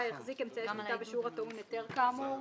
יחזיק אמצעי שליטה בשיעור הטעון היתר כאמור".